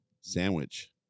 Sandwich